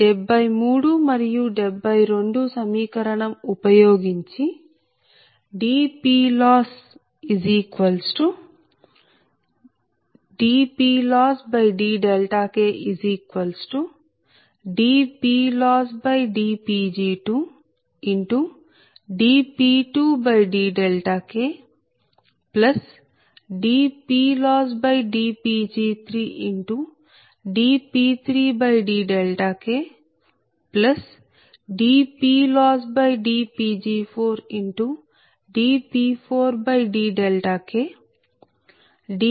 73 మరియు 72 సమీకరణం ఉపయోగించి dPLossdKdPLossdPg2dP2dKdPLossdPg3dP3dKdPLossdPg4dP4dKdPLossdPgmdPmdK k 23